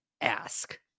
ask